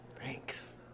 thanks